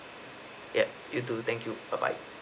yup you too thank you bye bye